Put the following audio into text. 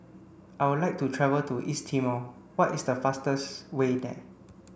I would like to travel to East Timor what is the fastest way there